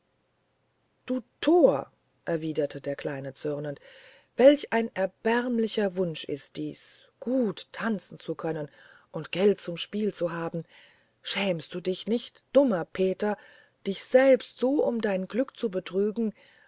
du tor erwiderte der kleine zürnend welch ein erbärmlicher wunsch ist dies gut tanzen zu können und geld zum spiel zu haben schämst du dich nicht dummer peter dich selbst so um dein glück zu betrügen